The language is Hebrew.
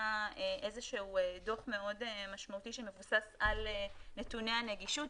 איזשהו דוח מאוד משמעותי שמבוסס על נתוני הנגישות,